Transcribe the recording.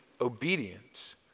obedience